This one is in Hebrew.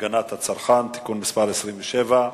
הגנת הצרכן (תיקון מס' 27)